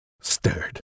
stared